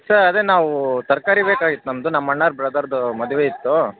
sir ಅದೇ ನಾವು ತರಕಾರಿ ಬೇಕಾಗಿತ್ತು ನಮ್ಮದು ನಮ್ಮ ಅಣ್ಣವ್ರು ಬ್ರದರ್ದು ಮದುವೆ ಇತ್ತು